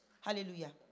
hallelujah